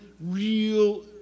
real